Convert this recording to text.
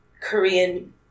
Korean